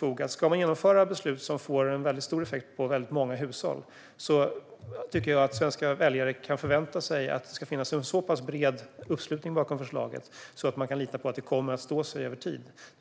Om man ska genomföra ett beslut som får stor effekt på många hushåll tycker jag att det finns fog för att svenska väljare ska kunna förvänta sig att det ska finnas en så pass bred uppslutning bakom förslaget att man kan lita på att det kommer att stå sig över tid.